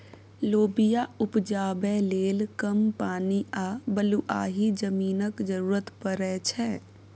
लोबिया उपजाबै लेल कम पानि आ बलुआही जमीनक जरुरत परै छै